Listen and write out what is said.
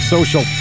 social